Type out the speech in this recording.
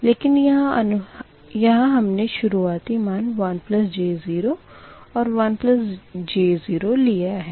लेकिन यहाँ हमने शुरुआती मान 1 j 0 और 1 j 0 लिया है